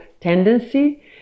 tendency